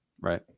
right